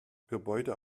gebäude